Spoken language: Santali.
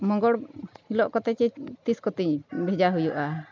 ᱢᱚᱝᱜᱚᱲ ᱦᱤᱞᱚᱜ ᱠᱟᱛᱮ ᱥᱮ ᱛᱤᱥ ᱠᱚᱛᱮᱧ ᱵᱷᱮᱡᱟ ᱦᱩᱭᱩᱜᱼᱟ